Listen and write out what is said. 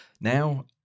Now